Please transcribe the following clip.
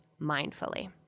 mindfully